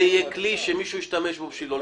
יהיה כלי שמישהו ישתמש בו בשביל לא לשלם.